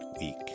week